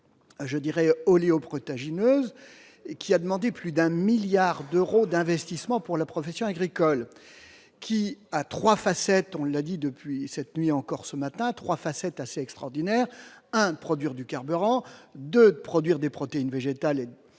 je dirais oléoprotéagineux The et qui a demandé plus d'un milliard d'euros d'investissement pour la profession agricole qui a 3 facettes : on l'a dit depuis cette nuit encore, ce matin, 3 facettes assez extraordinaire, hein, de produire du carburant de produire des protéines végétales